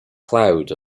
cloud